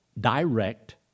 direct